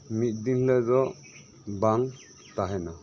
ᱢᱤᱜ ᱫᱤᱱ ᱦᱤᱞᱳᱜ ᱫᱚ ᱵᱟᱝ ᱛᱟᱦᱮᱸᱱᱟ